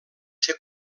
ser